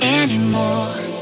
anymore